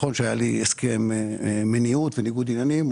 נכון שהיה לי הסכם מניעות וניגוד עניינים.